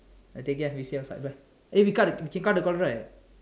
ah take care we see outside bye eh we cut we can cut the call right